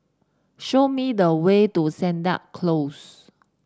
show me the way to Sennett Close